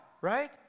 right